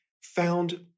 found